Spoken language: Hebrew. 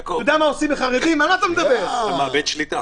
אני רוצה לחדד.